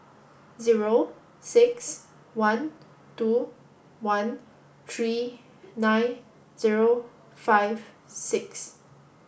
zero six one two one three nine zero five six